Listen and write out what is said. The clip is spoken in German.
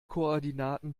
koordinaten